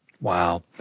Wow